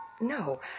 No